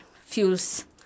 fuels